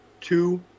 two